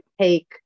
take